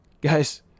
Guys